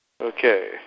Okay